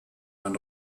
man